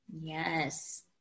Yes